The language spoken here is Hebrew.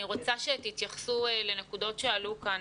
אני רוצה שתתייחסו לנקודות שעלו כאן.